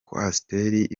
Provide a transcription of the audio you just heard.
coaster